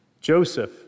Joseph